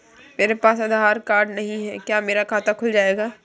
मेरे पास आधार कार्ड नहीं है क्या मेरा खाता खुल जाएगा?